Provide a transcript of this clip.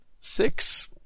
six